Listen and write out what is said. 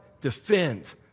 defend